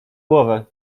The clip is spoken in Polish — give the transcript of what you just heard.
głowę